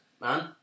Man